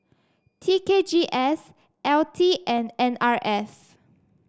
T K G S L T and N R F